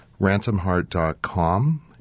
RansomHeart.com